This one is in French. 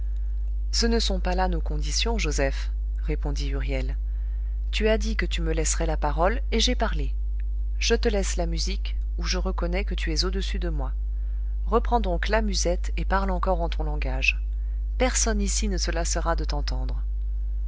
ce ne sont pas là nos conditions joseph répondit huriel tu as dit que tu me laisserais la parole et j'ai parlé je le laisse la musique où je reconnais que tu es au-dessus de moi reprends donc la musette et parle encore en ton langage personne ici ne se lassera de t'entendre